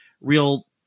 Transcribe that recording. real